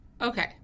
Okay